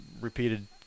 repeated